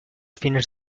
fines